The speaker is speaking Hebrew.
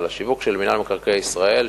אבל השיווק של מינהל מקרקעי ישראל,